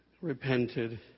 repented